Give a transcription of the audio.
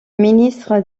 ministre